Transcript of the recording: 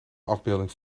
afbeelding